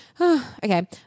Okay